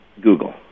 Google